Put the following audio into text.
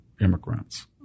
immigrants